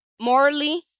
Morally